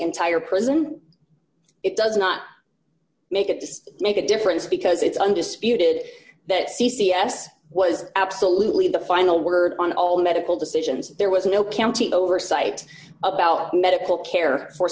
entire prison it does not make it just make a difference because it's undisputed that c c s was absolutely the final word on all medical decisions there was no county oversight about medical care for